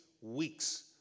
weeks